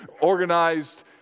organized